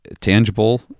tangible